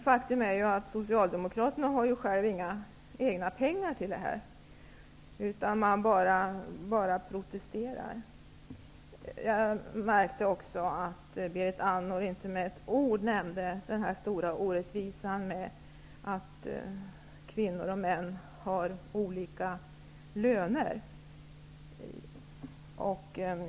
Faktum är ju att Socialdemokraterna själva inte har några egna pengar till detta, utan de bara protesterar. Jag märkte också att Berit Andnor inte med ett ord nämnde den stora orättvisan i att kvinnor och män har olika löner.